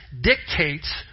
dictates